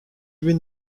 bin